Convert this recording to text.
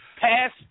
pass